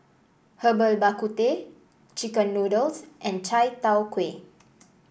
Herbal Bak Ku Teh chicken noodles and Chai Tow Kway